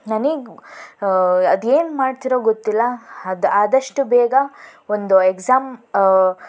ನನಗೆ ಅದು ಏನು ಮಾಡ್ತಿರೋ ಗೊತ್ತಿಲ್ಲ ಅದು ಆದಷ್ಟು ಬೇಗ ಒಂದು ಎಕ್ಸಾಮ್